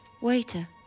Waiter